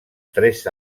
tres